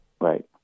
Right